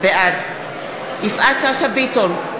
בעד יפעת שאשא ביטון,